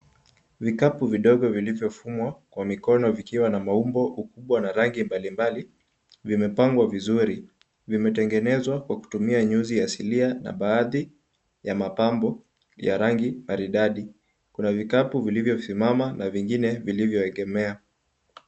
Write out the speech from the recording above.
Vikapu vidogo vilivyofumwa kwa mikono, vikiwa na maumbo kubwa na rangi mbalimbali vimepangwa vizuri. Vimetengenezwa kwa kutumia nyuzi asilia na baadhi ya mapambo ya rangi maridadi. Kuna vikapu vilivyosimama na vingine vilivyoegemea.